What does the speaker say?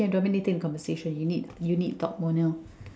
okay I am dominating the conversation you need you need to talk more now